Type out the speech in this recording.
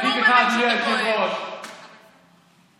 זה כואב לכם שהורדנו את הגירעון.